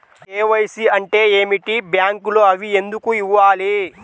KYC అంటే ఏమిటి? బ్యాంకులో అవి ఎందుకు ఇవ్వాలి?